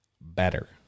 better